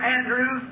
Andrew